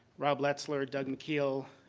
rob letzler, doug mckeel,